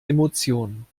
emotionen